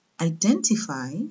Identify